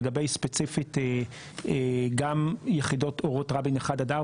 ולגבי ספציפית יחידות אורות רבין 1-4,